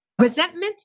Resentment